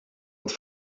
het